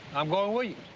i'm going with you.